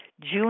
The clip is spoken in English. June